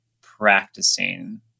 practicing